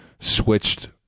switched